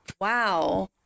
Wow